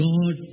God